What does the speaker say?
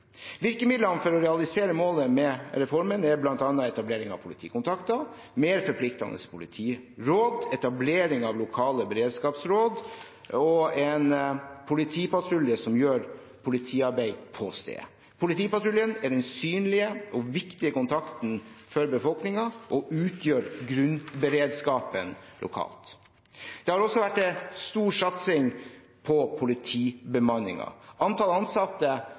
Virkemidlene for å realisere målet med reformen er bl.a. etablering av politikontakter, mer forpliktende politiråd, etablering av lokale beredskapsråd og en politipatrulje som gjør politiarbeid på stedet. Politipatruljen er den synlige og viktige kontakten for befolkningen og utgjør grunnberedskapen lokalt. Det har også vært stor satsing på politibemanningen. Antall ansatte